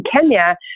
Kenya